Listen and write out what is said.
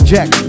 Jack